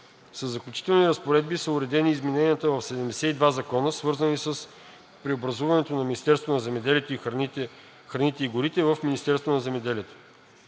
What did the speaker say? Със Заключителни разпоредби са уредени изменения в 72 закона, свързани с преобразуването на